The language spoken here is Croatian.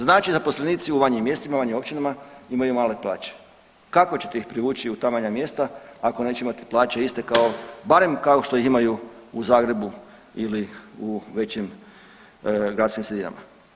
Znači zaposlenici u manjim mjestima, manjim općinama imaju male plaće, kako ćete ih privući u ta manja mjesta ako neće imati plaće iste kao, barem kao što ih imaju u Zagrebu ili u većim gradskim sredinama.